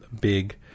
big